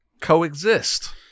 coexist